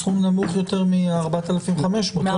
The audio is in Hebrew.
סכום נמוך יותר מ-4,500 שקלים.